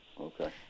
Okay